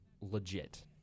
legit